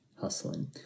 hustling